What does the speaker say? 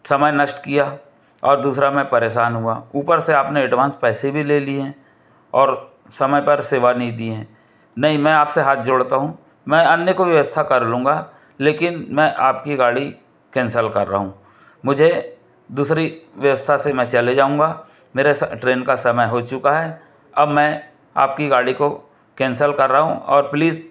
समय नष्ट किया और दूसरा मैं परेशान हुआ ऊपर से आपने एडवांस पैसे भी ले लिए हैं और समय पर सेवा नहीं दी है नहीं मैं आपसे हाथ जोड़ता हूँ मैं अन्य कोई व्यवस्था कर लूँगा लेकिन मैं आपकी गाड़ी कैंसल कर रहा हूँ मुझे दूसरी व्यवस्था से मैं चला जाऊंगा मेरे ट्रैन का समय हो चुका है अब मैं आपकी गाड़ी को कैंसल कर रहा हूँ और प्लीज़